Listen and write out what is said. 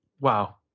Wow